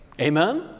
Amen